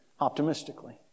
Optimistically